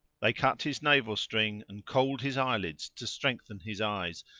they cut his navel-string and kohl'd his eyelids to strengthen his eyes,